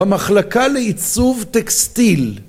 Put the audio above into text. במחלקה לעיצוב טקסטיל